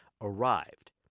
arrived